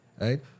right